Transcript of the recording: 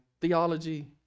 Theology